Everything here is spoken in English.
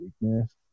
weakness